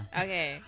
okay